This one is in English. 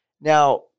Now